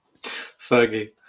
Fergie